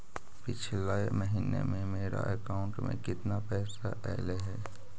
पिछले महिना में मेरा अकाउंट में केतना पैसा अइलेय हे?